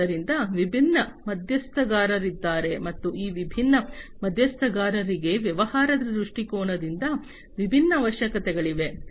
ಆದ್ದರಿಂದ ವಿಭಿನ್ನ ಮಧ್ಯಸ್ಥಗಾರರಿದ್ದಾರೆ ಮತ್ತು ಈ ವಿಭಿನ್ನ ಮಧ್ಯಸ್ಥಗಾರರಿಗೆ ವ್ಯವಹಾರದ ದೃಷ್ಟಿಕೋನದಿಂದ ವಿಭಿನ್ನ ಅವಶ್ಯಕತೆಗಳಿವೆ